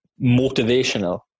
motivational